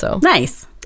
Nice